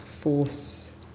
force